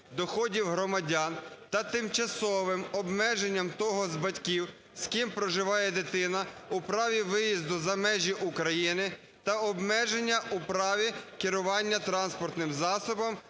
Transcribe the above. доходів громадян та тимчасовим обмеженням того з батьків, з ким проживає дитина, у праві виїзду за межі України та обмеження у праві керування транспортним засобом,